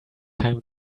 time